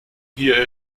hier